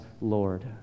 Lord